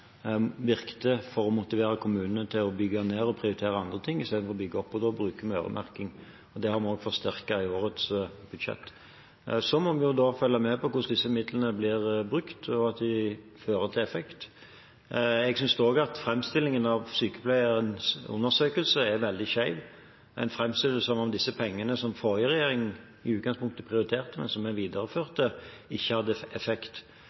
for å motivere kommunene til å bygge ned og prioritere andre ting i stedet for å bygge opp. Da bruker vi øremerking, og det har vi også forsterket i årets budsjett. Så må vi følge med på hvordan disse midlene blir brukt, og om de har effekt. Jeg synes også at framstillingen av undersøkelsen i Sykepleien er veldig skjev. En framstiller det som om disse pengene, som den forrige regjeringen i utgangspunktet prioriterte, men som vi videreførte, ikke hadde effekt.